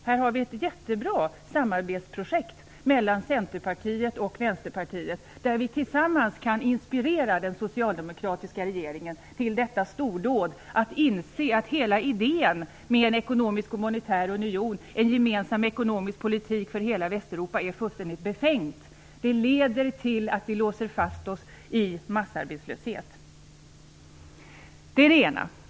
Här har vi ett jättebra samarbetsprojekt mellan Centerpartiet och Vänsterpartiet, där vi tillsammans kan inspirera den socialdemokratiska regeringen till detta stordåd, att inse att hela idén med en ekonomisk och monetär union, en gemensam ekonomisk politik för hela Västeuropa, är fullständigt befängd. Det leder till att vi låser fast oss i massarbetslöshet.